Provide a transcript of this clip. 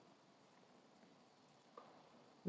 mm